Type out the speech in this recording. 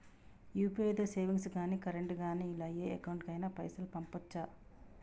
UPI తో savings గాని current గాని ఇలా ఏ అకౌంట్ కైనా పైసల్ పంపొచ్చా?